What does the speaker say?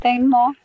more